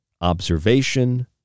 observation